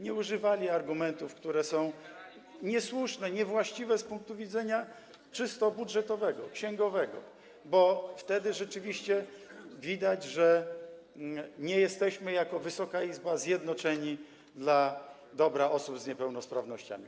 nie używali argumentów, które są niesłuszne, niewłaściwe z punktu widzenia czysto budżetowego, księgowego, bo wtedy rzeczywiście widać, że nie jesteśmy jako Wysoka Izba zjednoczeni dla dobra osób z niepełnosprawnościami.